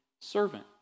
servant